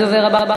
הדובר הבא,